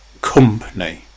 company